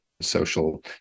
social